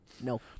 No